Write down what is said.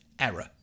error